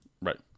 right